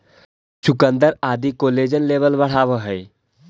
चुकुन्दर आदि collagen level बढ़ावऽ हई